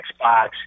Xbox